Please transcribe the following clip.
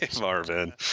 marvin